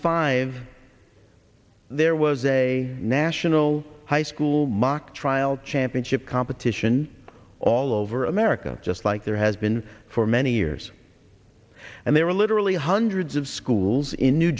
five there was a national high school mock trial championship competition all over america just like there has been for many years and there are literally hundreds of schools in new